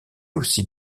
aussi